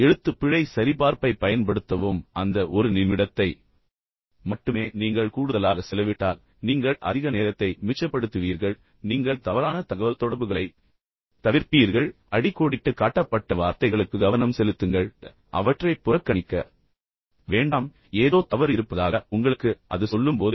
எழுத்துப்பிழை சரிபார்ப்பைப் பயன்படுத்தவும் அந்த ஒரு நிமிடத்தை மட்டுமே நீங்கள் கூடுதலாக செலவிட்டால் நீங்கள் அதிக நேரத்தை மிச்சப்படுத்துவீர்கள் நீங்கள் தவறான தகவல்தொடர்புகளைத் தவிர்ப்பீர்கள் மேலும் அந்த அடிக்கோடிட்டுக் காட்டப்பட்ட வார்த்தைகளுக்கு கவனம் செலுத்துங்கள் கணினி அடிக்கோடிட்டுக் காட்டும்போது அவற்றைப் புறக்கணிக்க வேண்டாம் ஏதோ தவறு இருப்பதாக உங்களுக்கு அது சொல்லும் போது